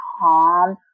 calm